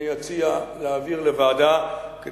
ואני מציע להעביר אותה לוועדה,